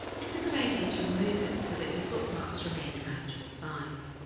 it's a good idea to remove it so that your bookmarks remain a manageable size.